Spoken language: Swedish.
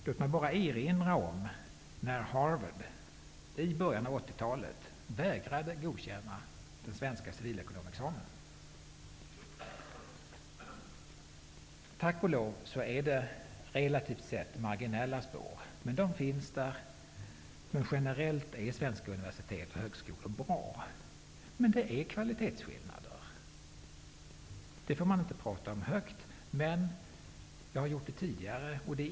Låt mig bara erinra om när Harvard i början av 80-talet vägrade godkänna den svenska civilekonomexamen. Tack och lov är det relativt sett marginella spår, men de finns där. Generellt är svenska universitet och högskolor bra. Men det finns kvalitetsskillnader. Det får man inte tala högt om, men jag har gjort det tidigare.